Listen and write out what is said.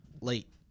Late